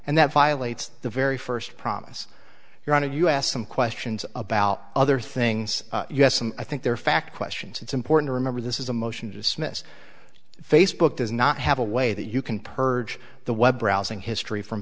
and that violates the very first promise you're on to us some questions about other things you have some i think there are fact questions it's important to remember this is a motion to dismiss facebook does not have a way that you can purge the web browsing history from